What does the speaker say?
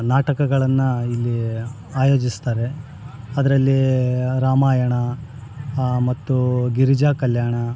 ನಾಟಕಗಳನ್ನು ಇಲ್ಲಿ ಆಯೋಜಿಸ್ತಾರೆ ಅದರಲ್ಲಿ ರಾಮಾಯಣ ಮತ್ತು ಗಿರಿಜಾ ಕಲ್ಯಾಣ